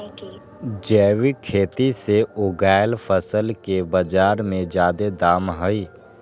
जैविक खेती से उगायल फसल के बाजार में जादे दाम हई